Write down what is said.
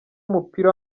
w’umupira